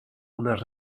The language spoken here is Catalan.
unes